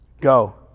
go